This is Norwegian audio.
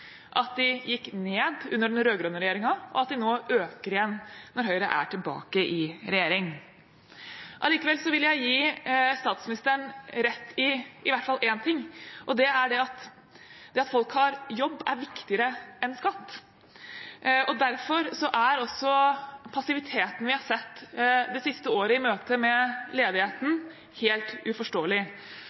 at de gikk ned under den rød-grønne regjeringen, og til at de nå øker igjen når Høyre er tilbake i regjering. Allikevel vil jeg gi statsministeren rett i én ting, og det er at det at folk har jobb, er viktigere enn skatt. Derfor er også passiviteten vi det siste året har sett i møte med ledigheten, helt uforståelig.